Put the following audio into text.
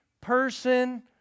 person